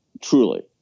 truly